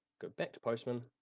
go back to postman,